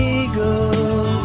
eagle